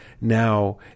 Now